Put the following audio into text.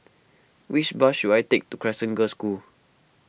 which bus should I take to Crescent Girls' School